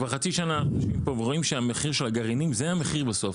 כבר חצי שנה אנחנו יושבים פה ורואים שהמחיר של הגרעינים זה המחיר בסוף,